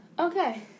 Okay